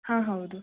ಹಾಂ ಹೌದು